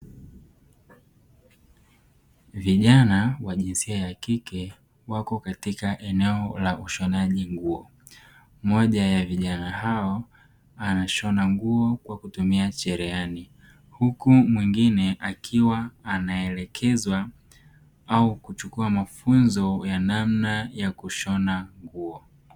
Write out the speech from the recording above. Vijana wa jinsia ya kike wako katika eneo la ushonaji nguo, mmoja ya vijana hao anashona nguo kwa kutumia sherehani, huku mwingine akiwa anaelekezwa au kuchukua mafunzo ya namna ya kushona nguo.